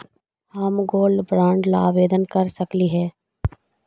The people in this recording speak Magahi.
हम गोल्ड बॉन्ड ला आवेदन कर सकली हे?